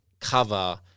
cover